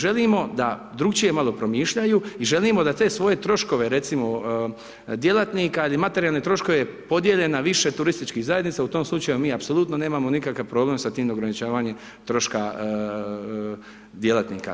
Želimo da drugačije malo promišljanju i želimo da te svoje troškove djelatnike ili materijalne troškove podjele na više turističkih zajednica, u tom slučaju mi apsolutno nemamo nikakav problem sa tim ograničavanjem troška djelatnika.